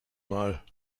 mal